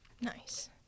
Nice